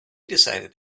decided